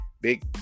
big